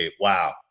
wow